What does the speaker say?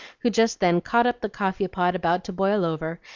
who just then caught up the coffee-pot about to boil over,